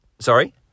Sorry